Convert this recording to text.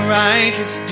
righteous